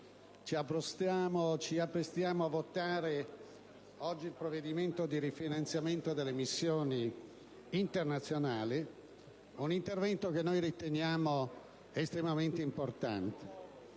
ci apprestiamo a votare oggi il provvedimento di rifinanziamento delle missioni internazionali, un provvedimento che riteniamo estremamente importante.